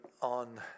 on